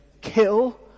kill